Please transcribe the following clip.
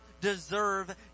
deserve